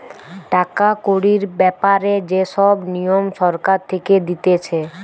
টাকা কড়ির ব্যাপারে যে সব নিয়ম সরকার থেকে দিতেছে